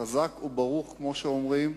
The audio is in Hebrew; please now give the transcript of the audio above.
חזק וברוך כמו שאומרים,